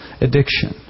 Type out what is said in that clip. addiction